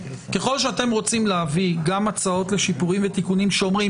ככל שאתם רוצים להביא הצעות לתיקונים ולשיפורים שאומרים